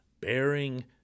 Bearing